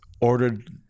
ordered